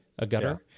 agutter